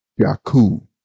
Yaku